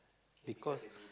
because